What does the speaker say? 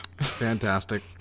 Fantastic